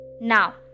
Now